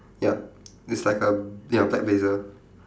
ya it's like a ya black blazer